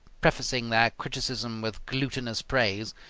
prefacing their criticism with glutinous praise,